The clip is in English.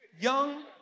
Young